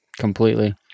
completely